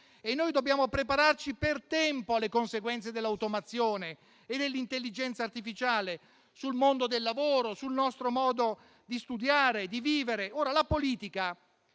estremi. Dobbiamo prepararci per tempo alle conseguenze dell'automazione e dell'intelligenza artificiale sul mondo del lavoro, sul nostro modo di studiare e di vivere. La politica,